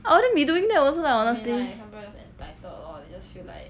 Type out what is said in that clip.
I wouldn't be doing that also lah honestly